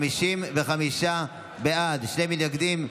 55 בעד, שני מתנגדים.